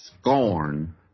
scorn